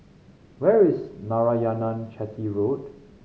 where is Narayanan Chetty Road